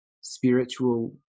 spiritual